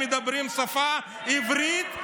מדברים שפה עברית,